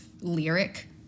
lyric